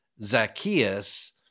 Zacchaeus